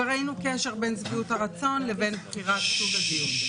ראינו קשר בין שביעות הרצון לבין בחירת סוג הדיון.